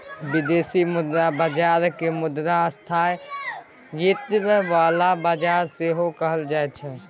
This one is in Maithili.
बिदेशी मुद्रा बजार केँ मुद्रा स्थायित्व बला बजार सेहो कहल जाइ छै